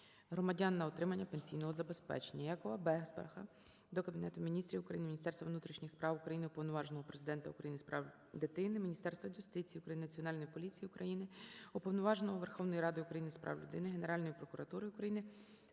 громадян на отримання пенсійного забезпечення. ЯковаБезбаха до Кабінету Міністрів України, Міністерства внутрішніх справ України, Уповноваженого Президента України з прав дитини, Міністерства юстиції України, Національної поліції України, Уповноваженого Верховної Ради України з прав людини, Генеральної прокуратури України